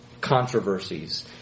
controversies